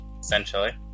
Essentially